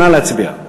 נא להצביע.